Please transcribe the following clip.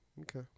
okay